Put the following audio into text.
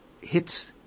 hits